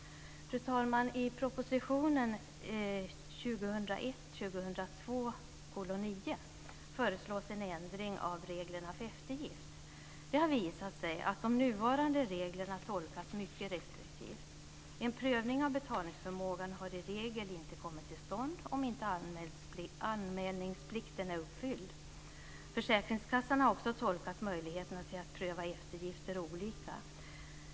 Fru talman! I propositionen 2001/02:9 föreslås en ändring av reglerna för eftergift. Det har visat sig att de nuvarande reglerna tolkats mycket restriktivt. En prövning av betalningsförmågan har i regel inte kommit till stånd om inte anmälningsplikten är uppfylld. Försäkringskassorna har också tolkat möjligheterna till att pröva eftergift olika.